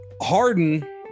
Harden